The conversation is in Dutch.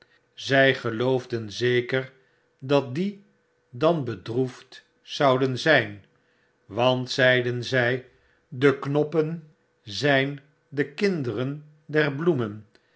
zy geloofden zeker dat die dan bedroefd zouden zyn want zeiden zy de knoppen zjjn de kinderen der bloemen